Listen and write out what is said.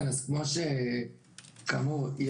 כאמור,